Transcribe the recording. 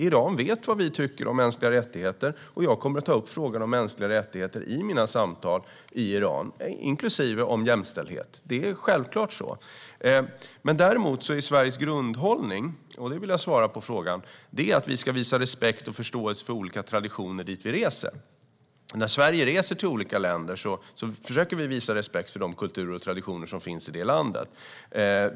Iran vet vad vi tycker om mänskliga rättigheter, och jag kommer självklart att ta upp frågan om mänskliga rättigheter inklusive jämställdhet i mina samtal i Iran. Sveriges grundhållning är dock att vi ska visa respekt och förståelse för olika traditioner i de länder vi reser till. När Sverige besöker olika länder försöker vi visa respekt för de kulturer och traditioner som finns i dessa länder.